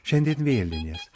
šiandien vėlinės